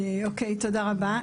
תודה רבה.